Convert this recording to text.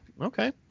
Okay